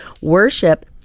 Worship